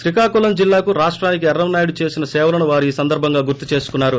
శ్రీకాకుళం జల్లాకు రాష్టానికి ఎర్రం నాయుడు చేసిన సేవలను వారు ఈ సందర్బంగా గుర్తుచేసుకున్నారు